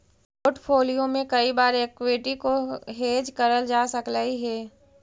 portfolio में कई बार एक्विटी को हेज करल जा सकलई हे